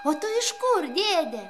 o tu iš kur dėde